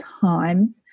time